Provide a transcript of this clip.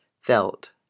felt